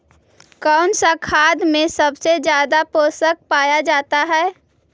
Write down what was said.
कौन सा खाद मे सबसे ज्यादा पोषण पाया जाता है?